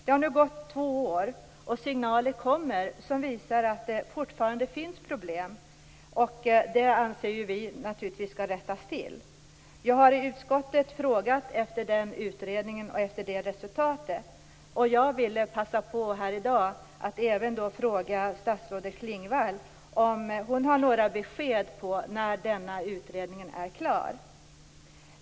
Det har nu gått två år, och signaler kommer som visar att det fortfarande finns problem. Dessa anser vi naturligtvis skall rättas till. Jag har i utskottet frågat efter utredningen och resultatet. Jag vill passa på här i dag att även fråga statsrådet Klingvall om hon har några besked om när denna utredning är klar.